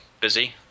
busy